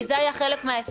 כי זה היה חלק מההסכם.